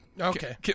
Okay